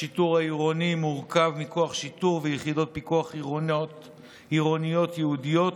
השיטור העירוני מורכב מכוח שיטור ויחידות פיקוח עירוניות ייעודיות